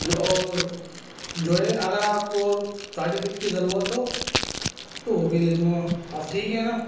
جو اور جو ہے اگر آپ کو اور سارٹیفکٹ کی ضرورت ہو تو وہ بھی دے دوں گا آپ ٹھیک ہے نا